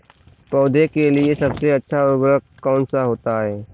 पौधे के लिए सबसे अच्छा उर्वरक कौन सा होता है?